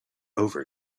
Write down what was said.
over